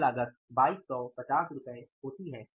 यह लागत 2250 होती है